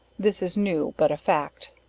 this is new, but a fact.